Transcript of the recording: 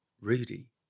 Rudy